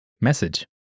message